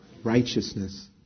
righteousness